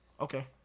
Okay